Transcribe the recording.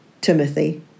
Timothy